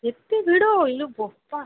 ଏତେ ଭିଡ଼ ଇଲୋ ବୋପା